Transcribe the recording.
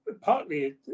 partly